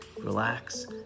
relax